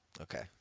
Okay